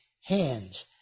hands